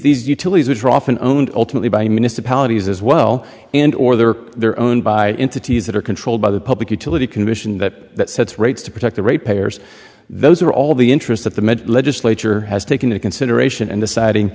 these utilities which are often owned ultimately by municipalities as well and or they're they're owned by entities that are controlled by the public utility commission that sets rates to protect the rate payers those are all the interest that the legislature has taken into consideration and deciding